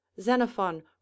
xenophon